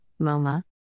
MoMA